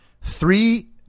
Three